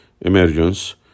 emergence